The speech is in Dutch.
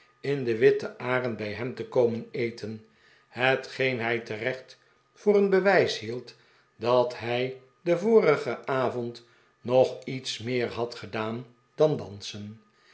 in de witte arend bij hem te komen eten hetgeen hij terecht voor een bewijs hield dat hij den vorigen avond nog iets meer had gedaan dan dansen